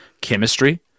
chemistry